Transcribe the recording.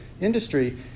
industry